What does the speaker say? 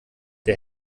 der